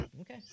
Okay